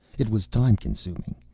it was time-consuming.